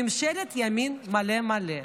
ממשלת ימין מלא מלא.